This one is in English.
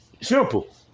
Simple